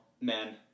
men